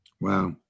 Wow